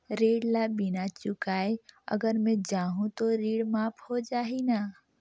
ऋण ला बिना चुकाय अगर मै जाहूं तो ऋण माफ हो जाही न?